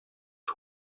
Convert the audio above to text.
two